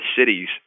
cities